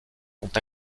sont